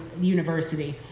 University